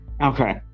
Okay